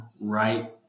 right